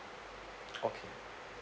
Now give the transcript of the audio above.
okay